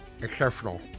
Exceptional